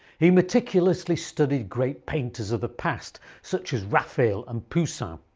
he meticulously studied great painters of the past such as raphael and poussin,